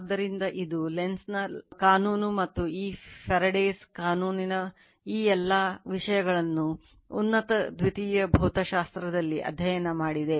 ಆದ್ದರಿಂದ ಇದು ಲೆನ್ಜ್ನ ಕಾನೂನು ಮತ್ತು ಈ ಫ್ಯಾರಡೆಸ್ ಕಾನೂನು ಈ ಎಲ್ಲ ವಿಷಯಗಳನ್ನು ಉನ್ನತ ದ್ವಿತೀಯ ಭೌತಶಾಸ್ತ್ರದಲ್ಲಿ ಅಧ್ಯಯನ ಮಾಡಿದೆ